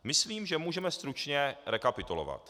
Myslím, že můžeme stručně rekapitulovat.